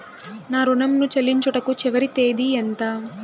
నా ఋణం ను చెల్లించుటకు చివరి తేదీ ఎంత?